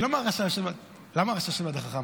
למה הרשע יושב ליד החכם?